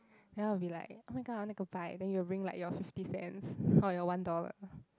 then I'll be like oh-my-god I wanna go and buy then you'll bring like your fifty cents or your one dollar